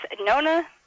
Nona